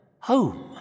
home